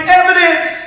evidence